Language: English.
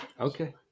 Okay